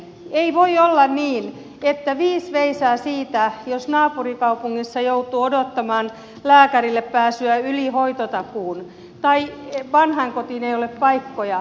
ei voi olla niin että viis veisaa siitä jos naapurikaupungissa joutuu odottamaan lääkärille pääsyä yli hoitotakuun tai vanhainkotiin ei ole paikkoja